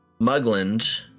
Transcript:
Mugland